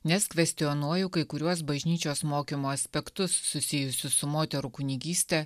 nes kvestionuoju kai kuriuos bažnyčios mokymo aspektus susijusius su moterų kunigyste